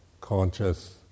conscious